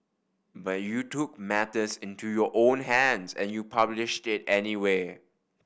but you took matters into your own hands and you published it anyway